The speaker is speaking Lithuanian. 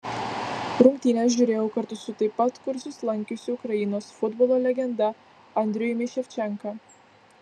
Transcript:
rungtynes žiūrėjau kartu su taip pat kursus lankiusiu ukrainos futbolo legenda andrijumi ševčenka